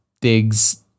digs